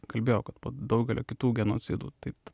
kalbėjau kad daugelio kitų genocidų tai